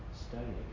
studying